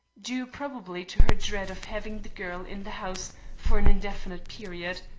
due probably to her dread of having the girl in the house for an indefinite period.